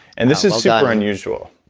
and this is super unusual.